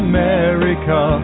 America